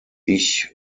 ich